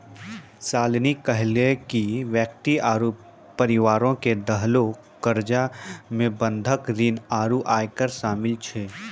शालिनी कहलकै कि व्यक्ति आरु परिवारो के देलो कर्जा मे बंधक ऋण आरु आयकर शामिल छै